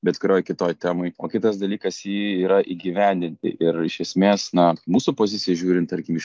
bet kurioj kitoj temoj o kitas dalykas jį yra įgyvendinti ir iš esmės na mūsų pozicija žiūrint tarkim iš